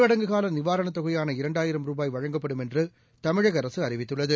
கைத்தறி நெசவாளர்கள் நிவாரண தொகையான இரண்டாயிரம் ரூபாய் வழங்கப்படும் என்று தமிழக அரசு அறிவித்துள்ளது